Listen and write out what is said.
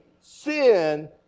sin